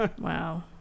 Wow